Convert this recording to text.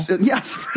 Yes